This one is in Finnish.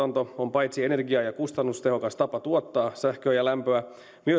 paitsi energia ja kustannustehokas tapa tuottaa sähköä ja lämpöä myös